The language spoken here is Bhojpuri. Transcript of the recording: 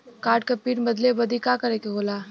कार्ड क पिन बदले बदी का करे के होला?